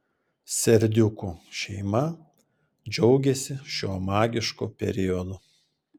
serdiukų šeima džiaugiasi šiuo magišku periodu